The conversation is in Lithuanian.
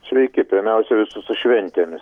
sveiki pirmiausia visus su šventėmis